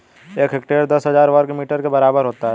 एक हेक्टेयर दस हजार वर्ग मीटर के बराबर होता है